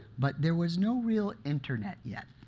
but there was no real internet yet.